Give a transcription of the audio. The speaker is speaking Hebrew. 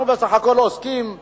אנחנו בסך הכול עוסקים בקשישים,